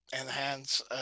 enhance